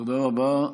תודה רבה.